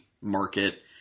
market